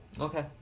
Okay